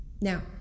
Now